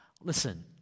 Listen